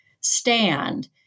stand